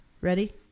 Ready